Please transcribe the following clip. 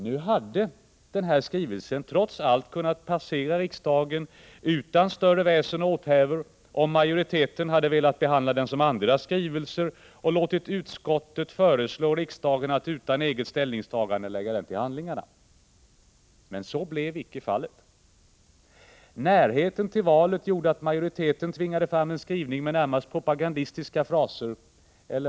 Nu hade den här skrivelsen trots allt kunnat passera riksdagen utan större väsen och åthävor, om majoriteten hade velat behandla den som andra skrivelser och låtit utskottet föreslå riksdagen att utan eget ställningstagande lägga den till handlingarna. Men så blev icke fallet. Närheten till valet gjorde att majoriteten tvingade fram en skrivning med närmast propagandistiska fraser.